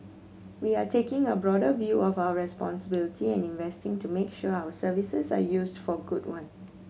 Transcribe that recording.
we are taking a broader view of our responsibility and investing to make sure our services are used for good one